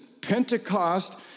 Pentecost